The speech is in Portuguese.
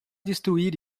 destruir